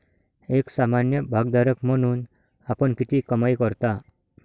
एक सामान्य भागधारक म्हणून आपण किती कमाई करता?